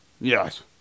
Yes